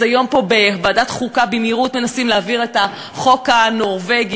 אז היום בוועדת החוקה במהירות מנסים להעביר את החוק הנורבגי,